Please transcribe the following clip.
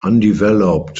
undeveloped